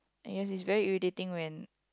I guess it's very irritating when